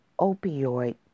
opioid